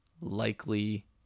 likely